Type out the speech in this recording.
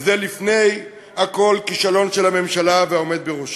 וזה לפני הכול כישלון של הממשלה והעומד בראשה.